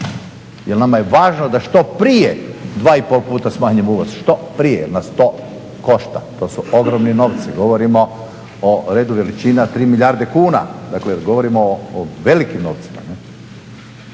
jer nama je važno da što prije 2,5 puta smanjimo uvoz, što prije nas to košta. To su ogromni novci, govorimo o redu veličina 3 milijarde kuna, dakle govorimo o velikim novcima.